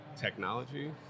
technology